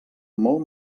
molt